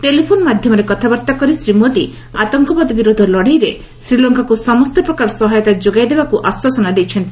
telephone ମାଧ୍ୟମରେ କଥାବାର୍ତ୍ତା କରି ଶ୍ରୀ ମୋଦି ଆତଙ୍କବାଦ ବିରୋଧ ଲଢେଇରେ ଶ୍ରୀଲଙ୍କାକୁ ସମସ୍ତ ପ୍ରକାର ସହାୟତା ଯୋଗାଇ ଦେବାକୃ ଆଶ୍ୱସନା ଦେଇଛନ୍ତି